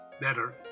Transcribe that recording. better